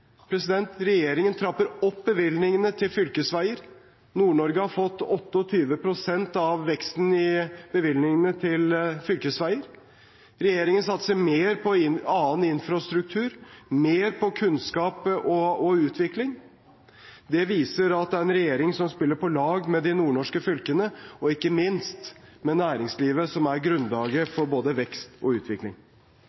Regjeringen trapper opp bevilgningene til fylkesveier, Nord-Norge har fått 28 pst. av veksten i bevilgningene til fylkesveier. Regjeringen satser mer på annen infrastruktur, mer på kunnskap og utvikling. Det viser at det er en regjering som spiller på lag med de nordnorske fylkene og ikke minst med næringslivet, som er grunnlaget for både vekst og utvikling.